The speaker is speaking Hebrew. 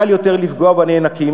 קל יותר לפגוע בנאנקים,